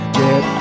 get